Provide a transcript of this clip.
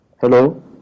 Hello